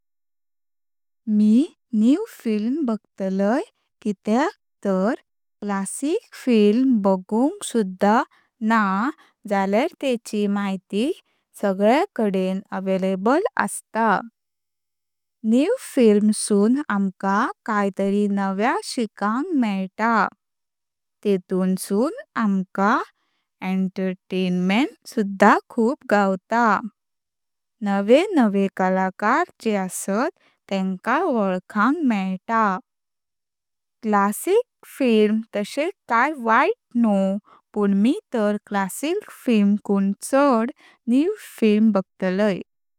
मी new film बागतलय कित्याक तर क्लासिक फिल्म बगुंक सुध्दा ना झाल्यार तेची मयेती सगळ्या काडें अवेलेबल असता पण न्यू फिल्म सून आमका कायतरी नव्या शिकांक मेळता। तेतून सून आमका एंटरटेनमेंट सुध्दा खूब गावत। नवे नवे कलाकार जे असत तेन्का वलखांक मेळता। क्लासिक फिल्म तशे कय वायट न्हू पण मी तर क्लासिक फिल्म कुं चड न्यू फिल्म बागतलय।